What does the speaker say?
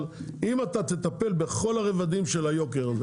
אבל אם אתה תטפל בכל הרבדים של היוקר הזה,